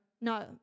no